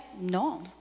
no